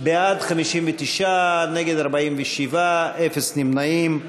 בעד, 59, נגד, 47, אפס נמנעים.